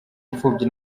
imfubyi